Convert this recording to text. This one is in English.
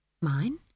Mine